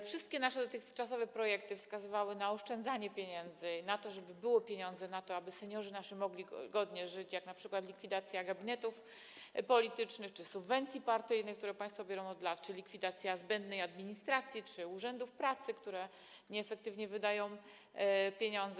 Wszystkie nasze dotychczasowe projekty wskazywały na oszczędzanie pieniędzy, na to, żeby były pieniądze na to, aby nasi seniorzy mogli godnie żyć - np. likwidacja gabinetów politycznych czy subwencji partyjnych, które państwo biorą od lat, likwidacja zbędnej administracji czy urzędów pracy, które nieefektywnie wydają pieniądze.